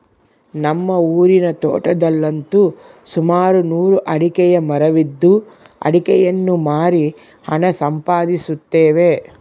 ನಮ್ಮ ಊರಿನ ತೋಟದಲ್ಲಂತು ಸುಮಾರು ನೂರು ಅಡಿಕೆಯ ಮರವಿದ್ದು ಅಡಿಕೆಯನ್ನು ಮಾರಿ ಹಣ ಸಂಪಾದಿಸುತ್ತೇವೆ